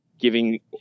giving